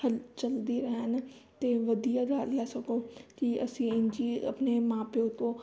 ਹਲ ਚਲਦੀ ਰਹਿਣ ਤੇ ਵਧੀਆ ਗੱਲ ਆ ਸਗੋਂ ਕਿ ਅਸੀਂ ਇੰਝ ਹੀ ਆਪਣੇ ਮਾਂ ਪਿਓ ਤੋਂ